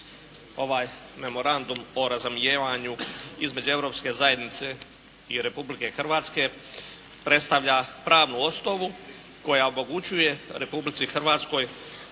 Ovaj Memorandum o razumijevanju između Europske zajednice i Republike Hrvatske predstavlja pravnu osnovu koja omogućuje Republici Hrvatskoj